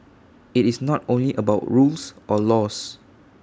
IT is not only about rules or laws